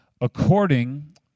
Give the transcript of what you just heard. according